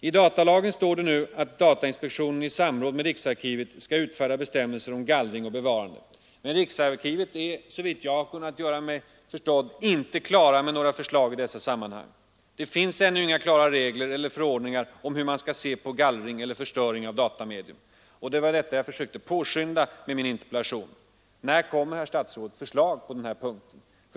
I datalagen står det nu att datainspektionen i samråd med riksarkivet skall utfärda bestämmelser om gallring och bevarande. Men riksarkivet har såvitt jag har kunnat inhämta inte några förslag klara i dessa sammanhang. Det finns ännu inga klara regler eller förordningar om hur man skall se på gallring eller förstöring av datamedium. Och det var detta jag försökte påskynda med min interpellation. När kommer, herr statsråd, förslag på den här punkten?